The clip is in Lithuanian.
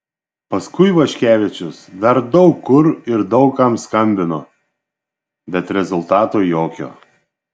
paskui vaškevičius dar daug kur ir daug kam skambino bet rezultato jokio